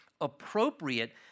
appropriate